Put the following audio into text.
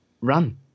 run